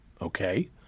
okay